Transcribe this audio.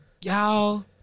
Y'all